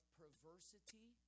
perversity